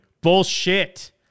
Bullshit